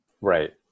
Right